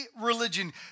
religion